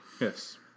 Yes